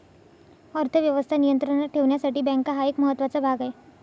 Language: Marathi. अर्थ व्यवस्था नियंत्रणात ठेवण्यासाठी बँका हा एक महत्त्वाचा भाग आहे